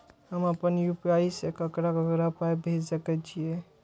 हम आपन यू.पी.आई से हम ककरा ककरा पाय भेज सकै छीयै?